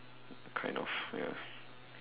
kind of ya